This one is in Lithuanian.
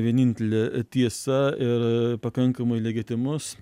vienintelė tiesa ir pakankamai legitimus